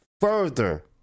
further